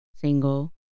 single